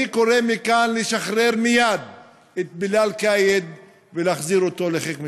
אני קורא מכאן לשחרר מייד את בילאל קאיד ולהחזיר אותו לחיק משפחתו.